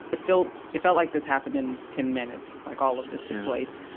it felt, it felt like this happened in ten minutes. like all of this took place.